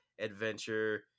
adventure